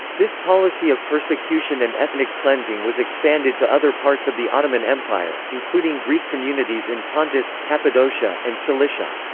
this policy of persecution and ethnic cleansing was expanded to other parts of the ottoman empire, including greek communities in pontus, cappadocia, and cilicia.